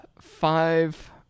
five